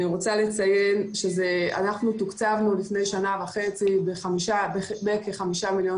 אני רוצה לציין שאנחנו תוקצבנו לפני שנה וחצי בכ-5 מיליון